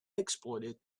exploited